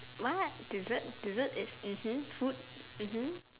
what dessert dessert is mmhmm food mmhmm